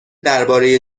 درباره